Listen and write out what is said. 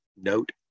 note